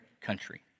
country